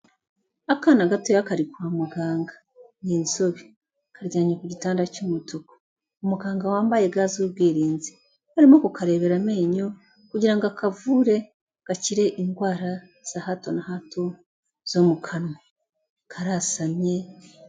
Akana gatoya kari kwa muganga ni inzobe. Karyamye ku gitanda cy'umutuku. Umuganga wambaye ga z'ubwirinzi arimo kukarebera amenyo kugira ngo akavure gakire indwara za hato na hato zo mu kanwa. Karasamye…